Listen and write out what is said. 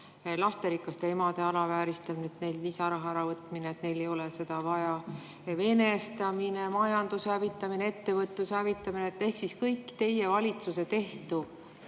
lasterikaste emade alavääristamine, neilt lisaraha äravõtmine, sest neil ei ole seda vaja, venestamine, majanduse hävitamine, ettevõtluse hävitamine ehk siis kõik teie valitsuse tehtu